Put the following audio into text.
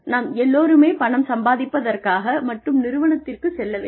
நாம் எல்லோருமே பணம் சம்பாதிப்பதற்காக மட்டும் நிறுவனத்திற்குச் செல்லவில்லை